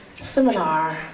seminar